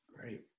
Great